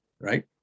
right